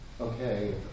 Okay